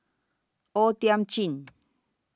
O Thiam Chin